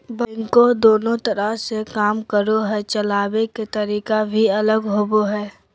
backhoe दोनों तरह से काम करो हइ, चलाबे के तरीका भी अलग होबो हइ